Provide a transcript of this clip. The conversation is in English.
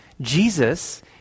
Jesus